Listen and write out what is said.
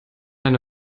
eine